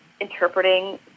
interpreting